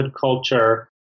culture